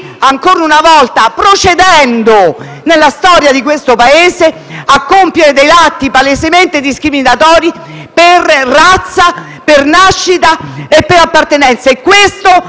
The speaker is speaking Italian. ancora una volta, nella storia di questo Paese, stiamo compiendo atti palesemente discriminatori per razza, per nascita e per appartenenza;